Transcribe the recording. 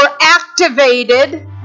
activated